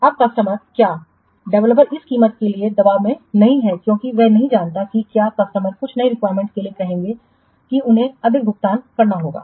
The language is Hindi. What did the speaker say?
अब कस्टमर क्या डेवलपर इस कीमत के लिए दबाव में नहीं है क्योंकि वह नहीं जानता कि क्या कस्टमर कुछ नई रिक्वायरमेंट्स के लिए कहेंगे कि उन्हें अधिक भुगतान करना होगा